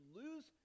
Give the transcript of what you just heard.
lose